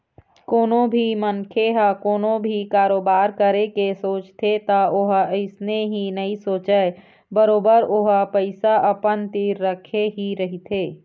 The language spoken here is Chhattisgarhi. कोनो भी मनखे ह कोनो भी कारोबार करे के सोचथे त ओहा अइसने ही नइ सोचय बरोबर ओहा पइसा अपन तीर रखे ही रहिथे